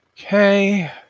Okay